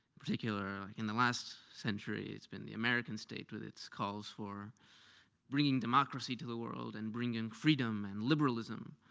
particular, like in the last century, it's been the american state with its calls for bringing democracy to the world and bringing freedom and liberalism.